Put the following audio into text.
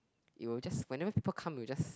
it will just whenever people come it will just